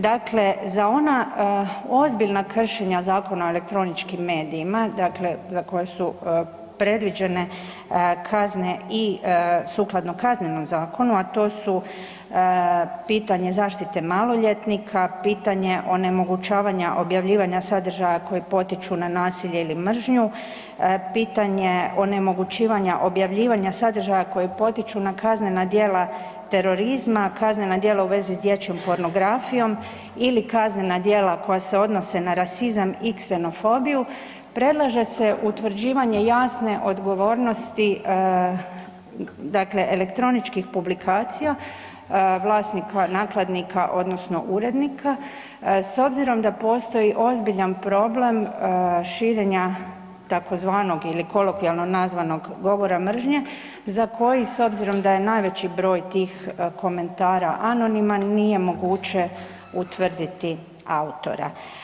Dakle, za ona ozbiljna kršenja Zakona o elektroničkim medijima za koja su predviđene kazne i sukladno Kaznenom zakonu, a to su pitanje zaštite maloljetnika, pitanje onemogućavanja objavljivanja sadržaja koji potiču na nasilje ili mržnju, pitanje onemogućivanja objavljivanja sadržaja koji potiču na kaznena djela terorizma, kaznena djela u vezi s dječjom pornografijom ili kaznena djela koja se odnose na rasizam i ksenofobiju predlaže se utvrđivanje jasne odgovornosti elektroničkih publikacija vlasnika nakladnika odnosno urednika s obzirom da postoji ozbiljan problem širenja tzv. ili kolokvijalnog nazvanog govora mržnje za koji s obzirom da je najveći broj tih komentara anoniman nije moguće utvrditi autora.